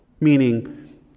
meaning